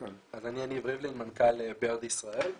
יניב ריבלין, מנכ"ל BIRD ישראל,